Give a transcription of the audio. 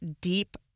deep